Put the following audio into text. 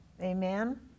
Amen